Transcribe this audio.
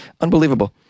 unbelievable